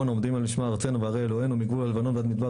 העומדים על משמר ארצנו וערי אלוהינו מגבול הלבנון ועד מדבר